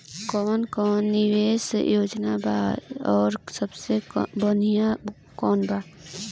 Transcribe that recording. कवन कवन निवेस योजना बा और सबसे बनिहा कवन बा?